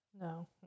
No